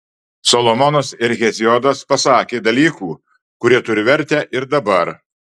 solomonas ir heziodas pasakė dalykų kurie turi vertę ir dabar